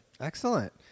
Excellent